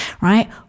right